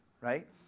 right